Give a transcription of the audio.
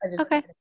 Okay